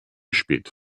spät